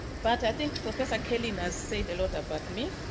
but i think professor kalin has said a lot about me.